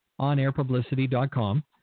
onairpublicity.com